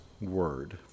word